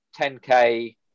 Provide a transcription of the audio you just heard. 10k